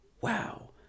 wow